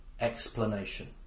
explanation